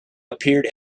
appeared